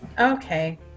Okay